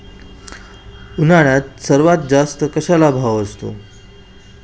उन्हाळ्यात सर्वात जास्त कशाला भाव असतो?